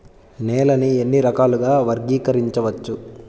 నేలని ఎన్ని రకాలుగా వర్గీకరించవచ్చు?